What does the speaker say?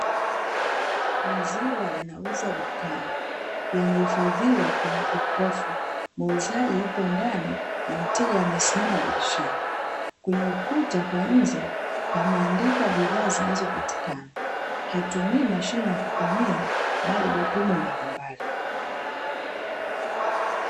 Maziwa yanauzwa dukani yanahifadhiwa kwenye jokofu, muuzaji yuko ndani na mteja amesimama dirishani, kwenye ukuta kwa nje pameandikwa bidhaa zinazopatikana, hatumii mashine ya kutumia bali vipimo mbalimbali.